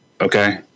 Okay